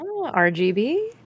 RGB